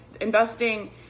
investing